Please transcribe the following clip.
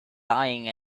lying